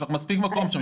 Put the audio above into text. יש לך מספיק מקום שם.